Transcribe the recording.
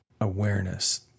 awareness